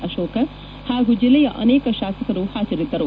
ಅಶೋಕ ಹಾಗೂ ಜಿಲ್ಲೆಯ ಅನೇಕ ಶಾಸಕರು ಹಾಜರಿದ್ದರು